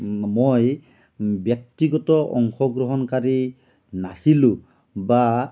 মই ব্যক্তিগত অংশগ্ৰহণকাৰী নাছিলোঁ বা